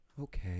Okay